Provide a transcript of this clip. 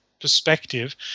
perspective